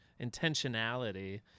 intentionality